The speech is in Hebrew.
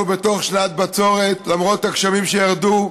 אנחנו בתוך שנת בצורת, למרות הגשמים שירדו,